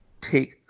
take